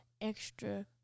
extra